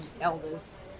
elders